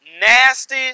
nasty